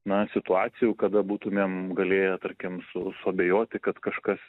na situacijų kada būtumėm galėję tarkim su suabejoti kad kažkas